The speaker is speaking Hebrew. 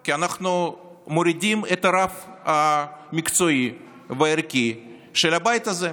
כי אנחנו מורידים את הרף המקצועי והערכי של הבית הזה.